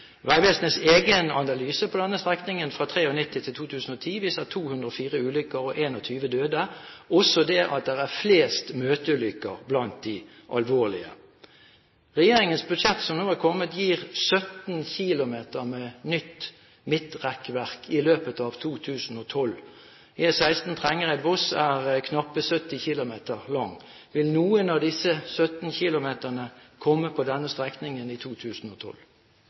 Vegvesenets egen analyse på denne strekningen fra 1993–2010 viser 204 ulykker og 21 døde og at det er flest møteulykker blant de alvorlige ulykkene. Regjeringens budsjett, som nå er kommet, gir 17 km med nytt midtrekkverk i løpet av 2012. E16 Trengereid–Voss er knappe 70 km lang. Vil noen av disse 17 km komme på denne strekningen i 2012?